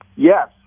Yes